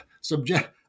subject